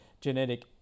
genetic